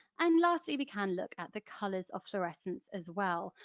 and lastly, we can look at the colours of fluorescence as well.